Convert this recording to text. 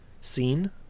scene